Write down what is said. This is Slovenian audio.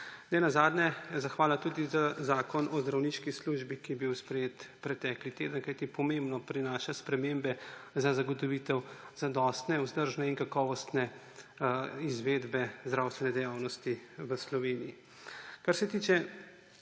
Nenazadnje zahvala tudi za Zakon o zdravniški službi, ki je bil sprejet pretekli teden, kajti pomembno prinaša spremembe za zagotovitev zadostne vzdržne in kakovostne izvedbe zdravstvene dejavnosti v Sloveniji.